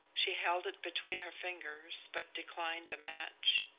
she held it between her fingers but declined a match.